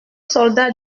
soldats